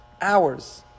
hours